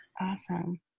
Awesome